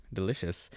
delicious